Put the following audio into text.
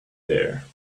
there